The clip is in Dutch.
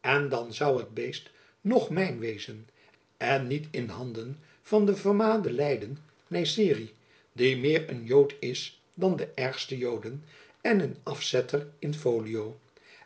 en dan zoû het beest nog mijn wezen en niet in handen van den vermaledijden nysseri die meer een jood is dan de ergste joden en een afzetter in folio